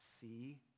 see